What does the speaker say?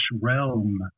Realm